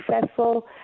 successful